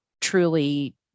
truly